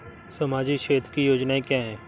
सामाजिक क्षेत्र की योजनाएँ क्या हैं?